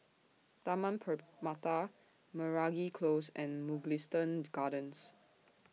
Taman Permata Meragi Close and Mugliston Gardens